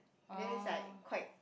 and then it's like quite